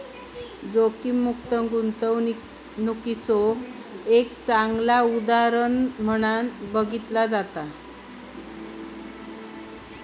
जोखीममुक्त गुंतवणूकीचा एक चांगला उदाहरण म्हणून बघितला जाता